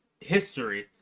history